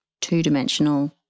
two-dimensional